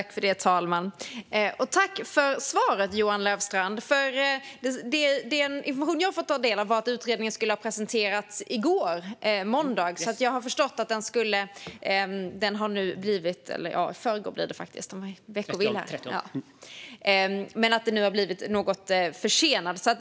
Herr talman! Tack för svaret, Johan Löfstrand! Den information jag fått ta del av var att utredningen skulle ha presenterats i måndags. Jag har förstått att den nu blivit något försenad.